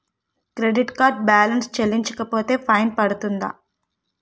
Credit card balance చెల్లించకపోతే fine పడ్తుంద?